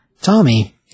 Tommy